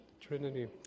Trinity